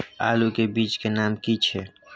आलू के बीज के नाम की छै?